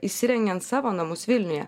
įsirengiant savo namus vilniuje